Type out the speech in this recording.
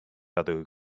other